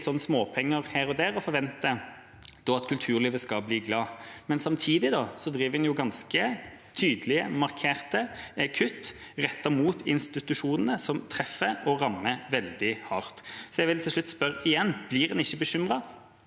småpenger her og der og forventer at kulturlivet skal bli glad, men samtidig driver en med ganske tydelige og markerte kutt rettet mot institusjonene – og de treffer og rammer veldig hardt. Så jeg vil til slutt spørre igjen: Blir en ikke bekymret